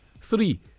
Three